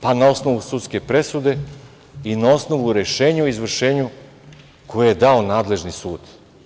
Pa na osnovu sudske presude i na osnovu rešenja o izvršenju koje je dao nadležni sud.